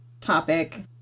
topic